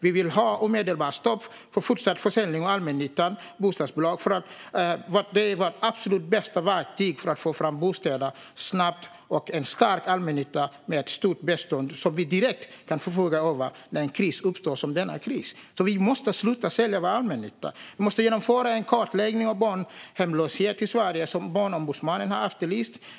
Vi vill även ha ett omedelbart stopp för fortsatt försäljning av allmännyttans bostadsbolag, för det är samhällets bästa verktyg för att få fram bostäder snabbt. Sverige behöver en stark allmännytta med ett stort bestånd som man direkt kan förfoga över när en kris som denna uppstår. Vi måste därför sluta sälja av vår allmännytta. Vi måste genomföra den kartläggning av barnhemlösheten i Sverige som Barnombudsmannen har efterlyst.